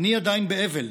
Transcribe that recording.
אני עדיין באבל.